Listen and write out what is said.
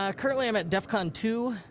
ah currently i'm at defcon two.